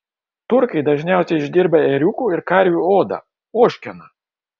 turkai dažniausiai išdirba ėriukų ir karvių odą ožkeną